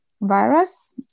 virus